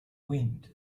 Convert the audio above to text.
wind